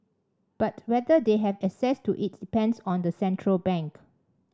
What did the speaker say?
but whether they have access to it depends on the central bank